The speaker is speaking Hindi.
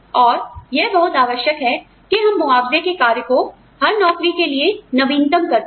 और यह बहुत आवश्यक है कि हम मुआवजे के कार्य को हर नौकरी के लिए नवीनतम करते रहे